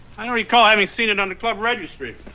i don't recall having seen it on the club registry